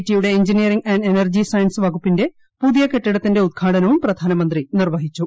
റ്റിയുടെ engineering energy science വകുപ്പിന്റെ പുതിയ കെട്ടിടത്തിന്റെ ഉദ്ഘാടനവും പ്രധാനമന്ത്രി നിർവ്വഹിച്ചു